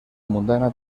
mundana